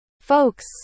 Folks